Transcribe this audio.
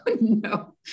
No